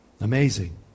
Amazing